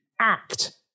act